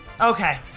Okay